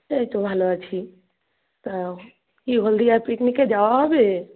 এই তো ভালো আছি তা কি হলদিয়ার পিকনিকে যাওয়া হবে